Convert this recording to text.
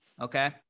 Okay